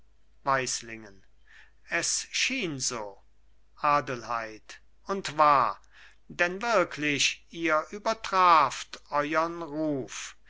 weislingen es schien so adelheid und war denn wirklich ihr übertraft euern ruf